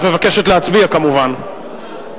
את מבקשת שנצביע, נכון?